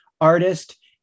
artist